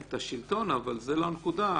את השלטון, אבל זו לא הנקודה.